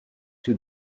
two